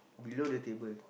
below the table